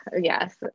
yes